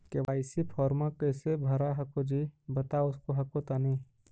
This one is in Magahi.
के.वाई.सी फॉर्मा कैसे भरा हको जी बता उसको हको तानी?